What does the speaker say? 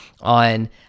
on